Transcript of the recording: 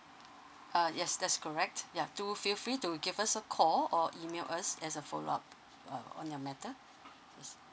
uh yes that's correct yeah do feel free to give us a call or email us as a follow up uh on your matter